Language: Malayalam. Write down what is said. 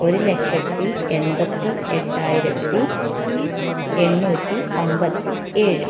ഒരുലക്ഷത്തി എൺമ്പത്തിയെട്ടായിരത്തി എണ്ണൂറ്റി അമ്പത്തിയേഴ്